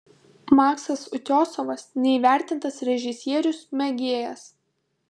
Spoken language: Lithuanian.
maksas utiosovas neįvertintas režisierius mėgėjas